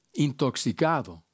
Intoxicado